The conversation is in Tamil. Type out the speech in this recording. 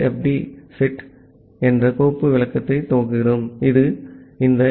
டி செட் என்ற கோப்பு விளக்கத்தை துவக்குகிறோம் இது இந்த எஃப்